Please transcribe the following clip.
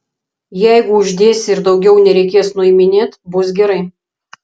jeigu uždėsi ir daugiau nereikės nuiminėt bus gerai